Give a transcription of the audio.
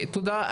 בסדר, תודה.